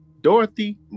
Dorothy